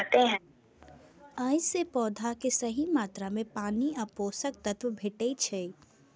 अय सं पौधा कें सही मात्रा मे पानि आ पोषक तत्व भेटै छै